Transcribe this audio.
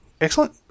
Excellent